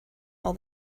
all